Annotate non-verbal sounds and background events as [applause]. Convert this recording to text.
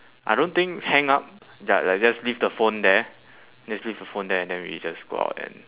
I don't think hang up [noise] ya like just leave the phone there just leave the phone there and then we just go out and